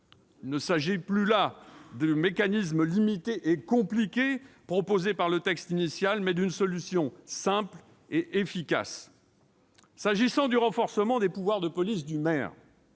Il ne s'agit plus là du mécanisme limité et compliqué proposé au travers du texte initial, mais d'une solution simple et efficace. En ce qui concerne le renforcement des pouvoirs de police du maire,